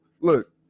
look